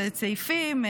צעיפים,